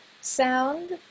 sound